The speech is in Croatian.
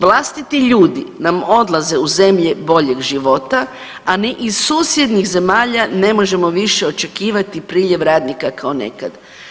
Vlastiti ljudi nam odlaze u zemlje boljeg života, a ni iz susjednih zemalja ne možemo više očekivati priljev radnika kao nekad.